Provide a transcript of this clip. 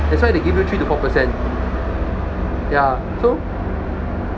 that's why they give you three to four percent ya so